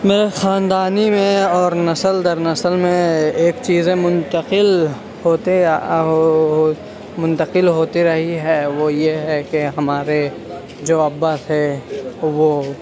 میرا خاندانی میں اور نسل در نسل میں ایک چیزیں منتقل ہوتے منتقل ہوتے رہی ہے وہ یہ ہے کہ ہمارے جو ابا تھے وہ